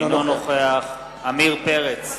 אינו נוכח עמיר פרץ,